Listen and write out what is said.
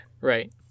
Right